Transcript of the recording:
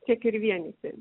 tiek ir vienyti